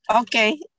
Okay